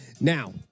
Now